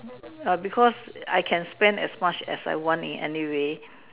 ah because I can spend as much as I want in any way